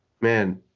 man –